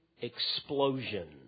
Explosion